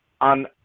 on